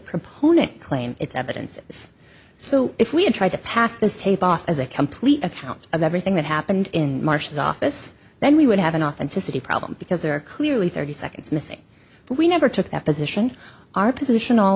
proponents claim it's evidence is so if we had tried to pass this tape off as a complete account of everything that happened in marshal's office then we would have an authenticity problem because there are clearly thirty seconds missing but we never took that position our position all